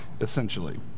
essentially